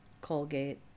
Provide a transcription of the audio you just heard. Colgate